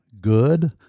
good